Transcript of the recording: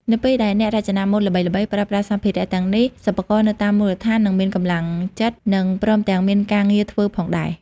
នៅពេលដែលអ្នករចនាម៉ូដល្បីៗប្រើប្រាស់សម្ភារៈទាំងនេះ សិប្បករនៅតាមមូលដ្ឋាននឹងមានកម្លាំងចិត្ត និងព្រមទាំងមានការងារធ្វើផងដែរ។